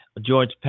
George